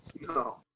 no